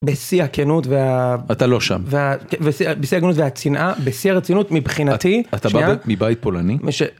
בשיא הכנות, אתה לא שם, בשיא הכנות והצנעה, בשיא הרצינות מבחינתי, אתה בא מבית פולני?